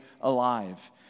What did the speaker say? alive